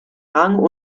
rang